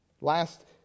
Last